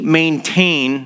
maintain